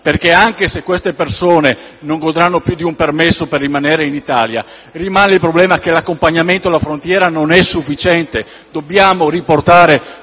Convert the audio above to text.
anche se queste persone non godranno più di un permesso per rimanere in Italia, rimane il problema che l'accompagnamento alla frontiera non è sufficiente: dobbiamo riportare